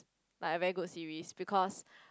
like a very good series because